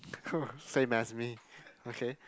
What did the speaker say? oh same as me okay